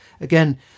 again